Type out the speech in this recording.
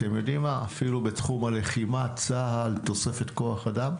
אפילו בתחום הלחימה בצה"ל, תוספת כוח אדם.